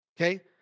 Okay